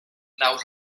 naus